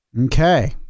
Okay